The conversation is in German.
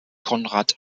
conrad